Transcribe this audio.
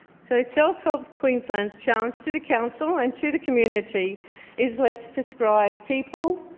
so, self help queensland's challenge to the council and to the community is let's prescribe people,